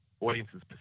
audiences